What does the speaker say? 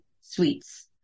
sweets